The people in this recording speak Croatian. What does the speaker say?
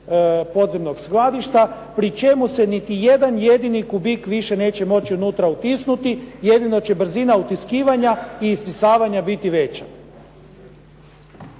podzemnog skladišta pri čemu se niti jedan jedini kubik više neće moći unutra utisnuti, jedino će brzina utiskivanja i isisavanja biti veća.